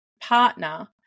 partner